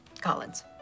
Collins